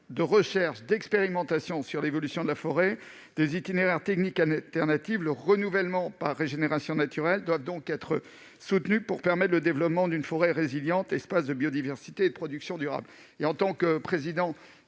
de recherche et d'expérimentation sur l'évolution de la forêt, des itinéraires techniques alternatifs, le renouvellement par régénération naturelle doivent être soutenus pour permettre le développement d'une forêt résiliente, espace de biodiversité et de production durable. En tant que président